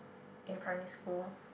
in primary school